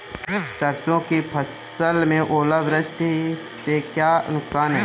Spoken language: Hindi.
सरसों की फसल में ओलावृष्टि से क्या नुकसान है?